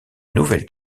nouvelle